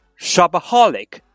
shopaholic